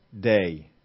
day